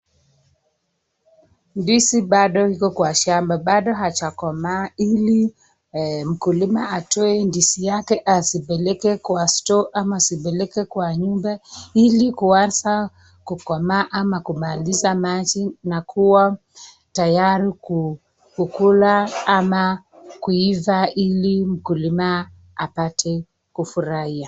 Ndizi bado iko kwa shamba. Bado hajakomaa ili mkulima atoe ndizi yake asibeleke kwa stoo ama asibeleke kwa nyumba ili kuacha kukomaa ama kumaliza maji na kuwa tayari kukula ama kuiva ili mkulima apate kufurahiya.